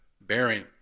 bearing